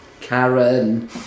Karen